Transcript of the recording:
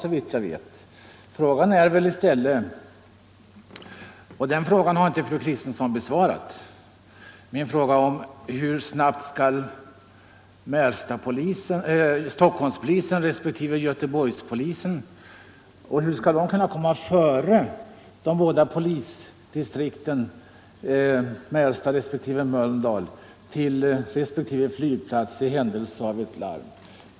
Men fru Kristensson har inte besvarat min fråga hur snabbt Stockholmspolisen respektive Göteborgspolisen skall kunna komma före polisen i Märsta respektive Mölndals polisdistrikt till flygplatserna i händelse av ett larm.